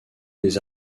des